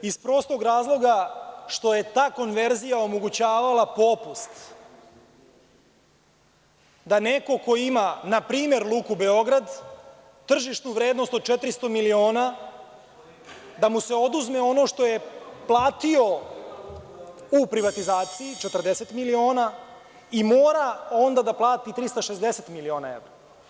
Iz prostog razloga što je ta konverzija omogućavala popust da neko ko ima npr. Luku Beograd, tržišnu vrednost od 400 miliona, da mu se oduzme ono što je platio u privatizaciji, 40 miliona, i mora onda da plati 360 miliona evra.